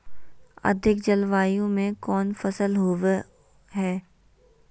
अधिक जलवायु में कौन फसल होबो है?